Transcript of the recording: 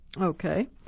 Okay